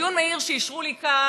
דיון מהיר שאישרו לי כאן,